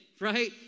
right